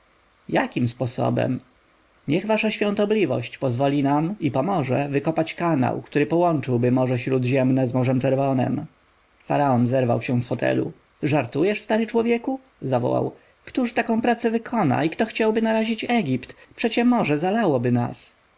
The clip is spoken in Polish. jakim sposobem niech wasza świątobliwość pozwoli nam i pomoże wykopać kanał któryby połączył morze śródziemne z morzem czerwonem faraon zerwał się z fotelu żartujesz stary człowieku zawołał któż taką pracę wykona i kto chciałby narazić egipt przecie morze zalałoby nas